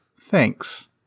Thanks